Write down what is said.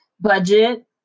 Budget